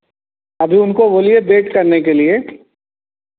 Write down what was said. अभी उनको बोलिए वेट करने के लिए